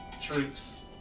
tricks